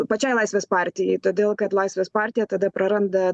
pačiai laisvės partijai todėl kad laisvės partija tada praranda